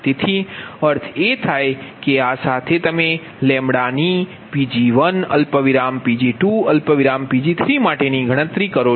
તેથી અર્થ એ થાય કે આ સાથે તમે ની Pg1 Pg2 Pg3માટે ની ગણતરી કરો